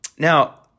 Now